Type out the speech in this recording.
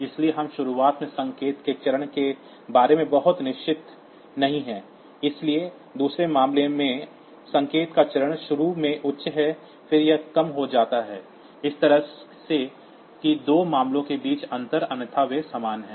इसलिए हम शुरुआत में संकेत के चरण के बारे में बहुत निश्चित नहीं हैं लेकिन दूसरे मामले में संकेत का चरण शुरू में उच्च है और फिर यह कम हो जाता है इस तरह से कि दो मामलों के बीच अंतर अन्यथा वे समान हैं